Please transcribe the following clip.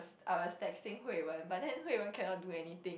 I was texting Hui-Wen but then Hui-Wen cannot do anything